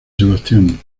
sebastián